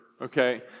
Okay